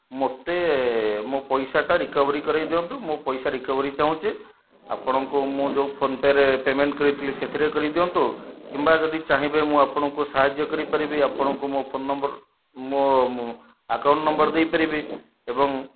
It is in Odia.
ମୋତେ ମୋ ପଇସାଟା ରିକଭରି କରାଇ ଦିଅନ୍ତୁ ମୋ ପଇସା ରିକଭରି ଚାହୁଁଛି ଆପଣଙ୍କୁ ମୁଁ ଯେଉଁ ଫୋନ୍ପେ'ରେ ପେମେଣ୍ଟ୍ କରିଥିଲି ସେଥିରେ କରି ଦିଅନ୍ତୁ କିମ୍ବା ଯଦି ଚାହିଁବେ ମୁଁ ଆପଣଙ୍କୁ ସାହାଯ୍ୟ କରିପାରିବି ଆପଣଙ୍କୁ ମୋ ଫୋନ୍ ନମ୍ବର୍ ମୋ ଆକାଉଣ୍ଟ୍ ନମ୍ବର୍ ଦେଇପାରିବି ଏବଂ